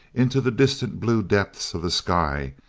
into the distant blue depths of the sky,